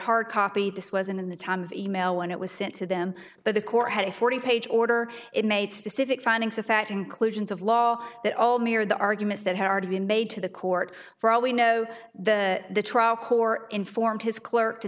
hard copy this was in the time of e mail when it was sent to them but the court had a forty page order it made specific findings of fact inclusions of law that all near the arguments that had already been made to the court for all we know the the trial core informed his clerk to